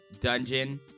dungeon